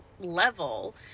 level